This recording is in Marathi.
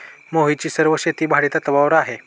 मोहितची सर्व शेती भाडेतत्वावर आहे